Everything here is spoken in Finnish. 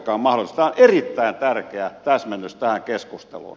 tämä on erittäin tärkeä täsmennys tähän keskusteluun